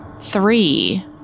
three